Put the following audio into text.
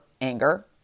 anger